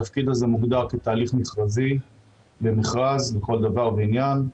התפקיד הזה מוגדר בתהליך מכרזי במכרז לכל דבר ועניין.